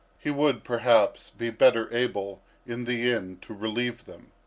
he would, perhaps, be better able in the end to relieve them.